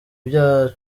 bya